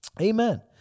Amen